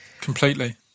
completely